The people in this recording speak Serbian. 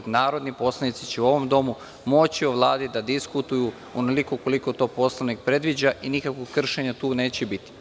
Narodni poslanici će u ovom domu moći o Vladi da diskutuju onoliko koliko to Poslovnik predviđa i nikakvog kršenja tu neće biti.